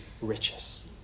riches